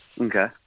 Okay